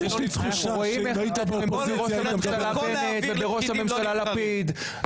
אנחנו ראינו איך הבעתם אמון בראש הממשלה בנט ובראש הממשלה לפיד,